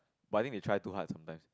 but I think they try too hard sometimes